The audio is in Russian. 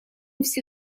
все